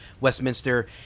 Westminster